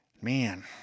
Man